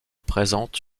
présente